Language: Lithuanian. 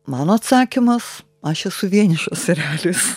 mano atsakymas aš esu vienišas erelis